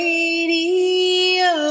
Radio